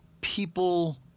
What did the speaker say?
people